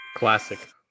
Classic